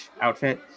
outfit